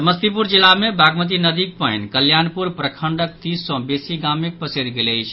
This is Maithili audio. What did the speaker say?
समस्तीपुर जिला मे बागमती नदीक पानि कल्याणपुर प्रखंडक तीस सँ बेसी गाम मे पसरि गेल अछि